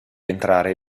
entrare